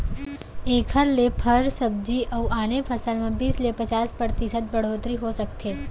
एखर ले फर, सब्जी अउ आने फसल म बीस ले पचास परतिसत बड़होत्तरी हो सकथे